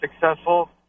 successful